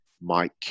Mike